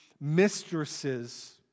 mistresses